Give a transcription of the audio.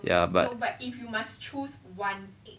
ya but